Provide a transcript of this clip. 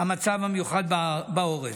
המצב המיוחד בעורף.